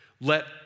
let